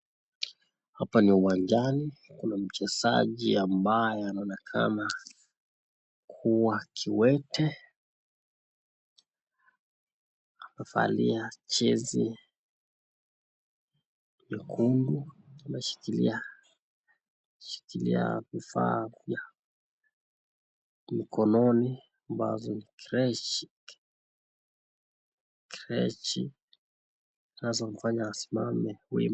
Hapa ni uwanjani. Kuna mchezaji ambaye anaonekana kuwa kilema. Amevalia jezi nyekundu. Ameshikilia ameshikilia kifaa mkononi ambazo ni crutche. Anazomfanya asimame huyu.